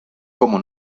como